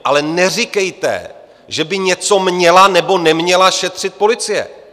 Ale neříkejte, že by něco měla nebo neměla šetřit policie.